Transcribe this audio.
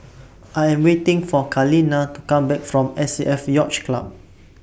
I Am waiting For Kaleena to Come Back from S A F Yacht Club